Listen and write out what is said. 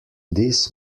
this